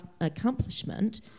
accomplishment